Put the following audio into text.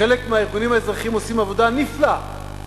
חלק מהארגונים האזרחיים עושים עבודה נפלאה,